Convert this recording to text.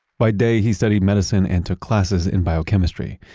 by day he studied medicine and took classes in biochemistry.